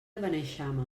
beneixama